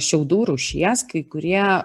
šiaudų rūšies kai kurie